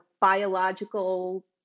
biological